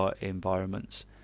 environments